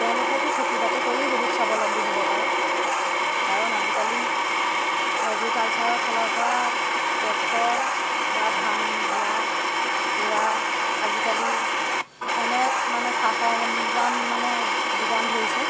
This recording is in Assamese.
তেওঁলোকেতো খেতি বাতি কৰিও বহুত স্বাৱলম্বী হ'ব পাৰে কাৰণ আজিকালি এগ্ৰিকালছাৰৰ ফালৰ পৰা টেক্টৰ বা ধান দোৱা ৰোৱা আজিকালি অনেক মানে সা সৰঞ্জাম মানে যোগান ধৰিছে